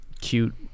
cute